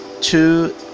two